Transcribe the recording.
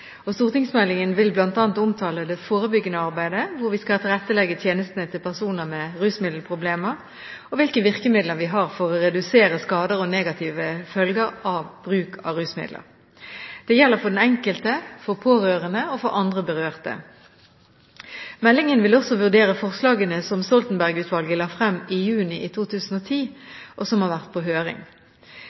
Stortingsmeldingen vil bl.a. omtale det forebyggende arbeidet, hvordan vi skal tilrettelegge tjenestene til personer med rusmiddelproblemer, og hvilke virkemidler vi har for å redusere skader og negative følger av bruk av rusmidler. Det gjelder for den enkelte, for pårørende og for andre berørte. Meldingen vil også vurdere forslagene som Stoltenberg-utvalget la frem i juni 2010, og som har vært på høring.